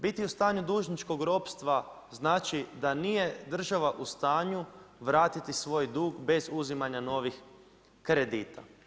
Biti u stanju dužničkog ropstva znači da nije država u stanju vratiti svoj dug bez uzimanja novih kredita.